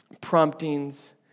promptings